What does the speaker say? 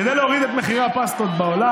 כדי להוריד את מחירי הפסטות בעולם,